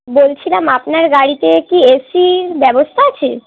বলছিলাম আপনার গাড়িতে কি এ সির ব্যবস্থা আছে